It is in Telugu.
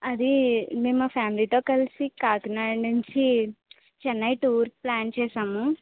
అది మేము మా ఫ్యామిలీతో కలిసి కాకినాడ నుంచి చెన్నై టూర్ ప్లాన్ చేశాము